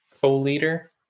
co-leader